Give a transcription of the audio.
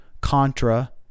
Contra